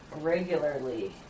regularly